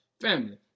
Family